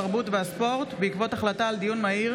התרבות והספורט בעקבות דיון מהיר